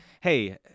hey